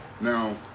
Now